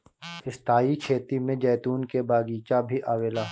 स्थाई खेती में जैतून के बगीचा भी आवेला